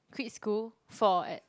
quit school for e~